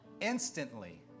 Instantly